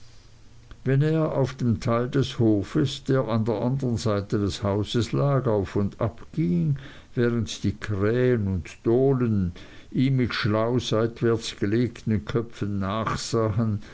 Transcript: wenn er auf dem teil des hofs der an der andern seite des hauses lag auf und ab ging während die krähen und dohlen ihm mit schlau seitwärts gelegten köpfen nachsahen